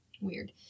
Weird